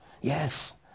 Yes